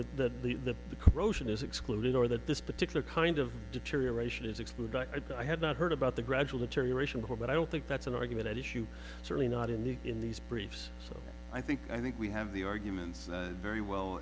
argued that the corrosion is excluded or that this particular kind of deterioration is excluded i had not heard about the gradual deterioration before but i don't think that's an argument at issue certainly not in you in these briefs so i think i think we have the arguments very well